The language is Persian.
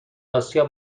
آسیا